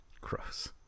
Gross